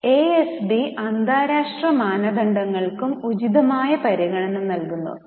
ASB അന്താരാഷ്ട്ര മാനദണ്ഡങ്ങൾക്കും ഉചിതമായ പരിഗണന നൽകുന്നു